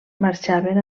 marxaven